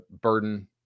Burden